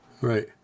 Right